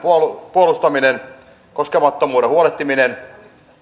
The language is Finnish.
puolustaminen ja koskemattomuudesta huolehtiminen